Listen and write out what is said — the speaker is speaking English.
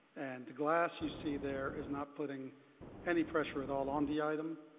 and the glass you see there is not putting any pressure at all on the item.